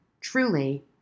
truly